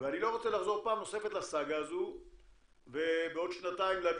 ואני לא רוצה לחזור פעם נוספת לסאגה הזו ובעוד שנתיים להביא